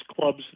clubs